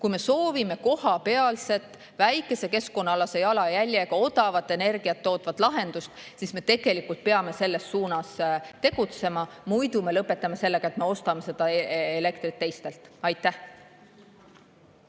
Kui me soovime kohapealset väikese keskkonnajalajäljega odavat energiat tootvat lahendust, siis me peame selles suunas tegutsema, muidu me lõpetame sellega, et me ostame elektrit teistelt. Anti